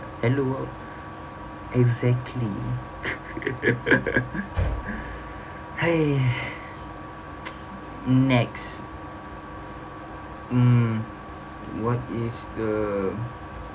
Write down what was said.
hello exactly !hais! next mm what is the